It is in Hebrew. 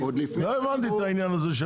לא הבנתי את העניין הזה.